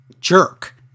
jerk